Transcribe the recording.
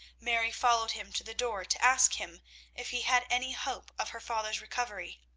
mary followed him to the door to ask him if he had any hope of her father's recovery.